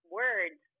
words